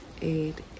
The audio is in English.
eight